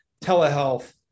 telehealth